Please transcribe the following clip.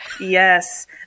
Yes